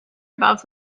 above